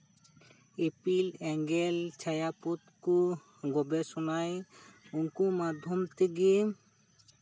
ᱤᱯᱤᱞ ᱮᱸᱜᱮᱞ ᱪᱷᱟᱭᱟᱯᱚᱛ ᱠᱚ ᱜᱚᱵᱮᱥᱚᱱᱟᱭ ᱩᱱᱠᱩ ᱢᱟᱫᱽᱫᱷᱚᱢ ᱛᱮᱜᱮ